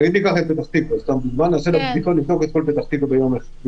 ניקח את פתח תקווה כדוגמה ונבדוק את כל פתח תקווה ביומיים.